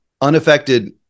Unaffected